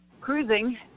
cruising